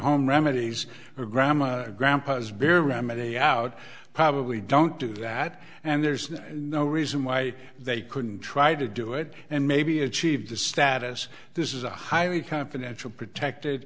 home remedies are grandma and grandpa's baram at a out probably don't do that and there's no reason why they couldn't try to do it and maybe achieve the status this is a highly confidential protected